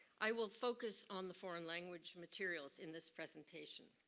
i will focus on the foreign language materials in this presentation.